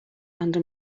under